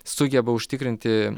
sugeba užtikrinti